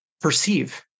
perceive